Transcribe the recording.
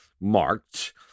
marked